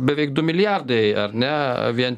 beveik du milijardai ar ne vien